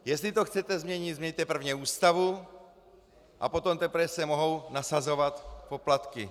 Jestli to chcete změnit, změňte prvně Ústavu, a potom teprve se mohou nasazovat poplatky.